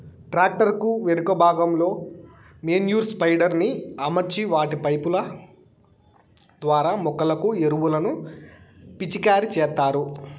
tractor కు వెనుక భాగంలో మేన్యుర్ స్ప్రెడర్ ని అమర్చి వాటి పైపు ల ద్వారా మొక్కలకు ఎరువులను పిచికారి చేత్తారు